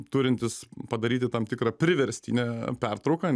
turintis padaryti tam tikrą priverstinę pertrauką